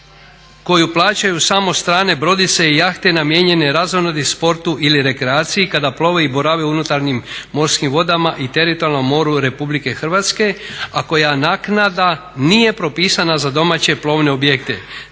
koje plaćaju samo strane brodice i jahte namijenjene razonodi, sportu ili rekreaciji kada plove i borave u unutarnjim morskim vodama i teritorijalnom moru RH, a koja naknada nije propisana za domaće plovne objekte,